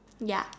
ya